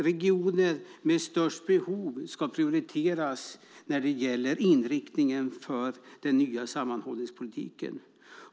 Regioner med störst behov ska prioriteras när det gäller inriktningen för den nya sammanhållningspolitiken.